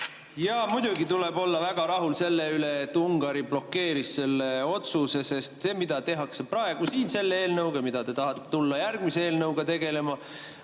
Muidugi tuleb olla väga rahul sellega, et Ungari blokeeris selle otsuse, sest see, mida tehakse praegu siin selle eelnõuga, ja see, mida te tahate tulla järgmise eelnõuga tegema,